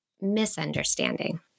misunderstanding